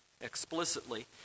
explicitly